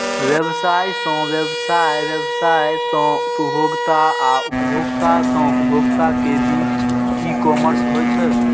व्यवसाय सं व्यवसाय, व्यवसाय सं उपभोक्ता आ उपभोक्ता सं उपभोक्ता के बीच ई कॉमर्स होइ छै